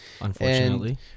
Unfortunately